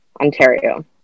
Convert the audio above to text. ontario